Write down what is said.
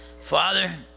Father